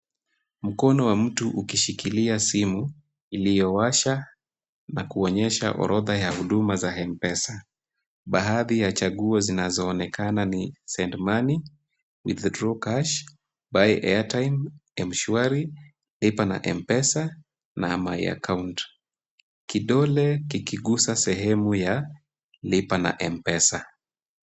Mkono wa mtu ukishikilia simu, iliyowasha na kuonyesha orodha ya huduma za M-Pesa. Baadhi ya chaguo zinazoonekana ni send money, withdraw cash, buy airtime, Mshwari lipa na M-Pesa na my account , kidole kikigusa sehemu ya Lipa na M-Pesa.